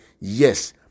Yes